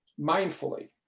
mindfully